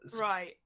right